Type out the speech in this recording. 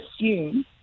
assume